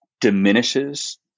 diminishes